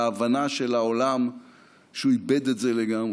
ההבנה של העולם שהוא איבד את זה לגמרי.